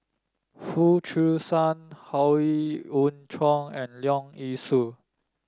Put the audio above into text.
Foo Chee San Howe Yoon Chong and Leong Yee Soo